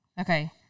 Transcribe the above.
Okay